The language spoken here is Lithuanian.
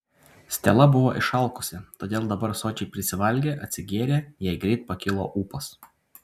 stela buvo išalkusi todėl dabar sočiai prisivalgė atsigėrė jai greit pakilo ūpas